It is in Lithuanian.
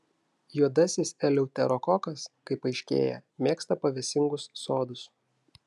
juodasis eleuterokokas kaip aiškėja mėgsta pavėsingus sodus